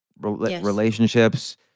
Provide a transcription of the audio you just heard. relationships